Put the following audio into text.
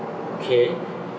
okay